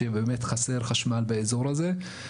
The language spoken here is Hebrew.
כשבאמת חסר חשמל באזור הזה.